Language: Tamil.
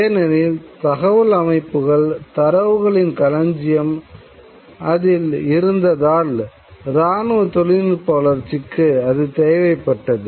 ஏனெனில் தகவல் அமைப்புகள் தரவுகளின் களஞ்சியம் அதில் இருந்ததால் இராணுவ தொழில்நுட்ப வளர்ச்சிக்கு அது தேவைப்பட்டது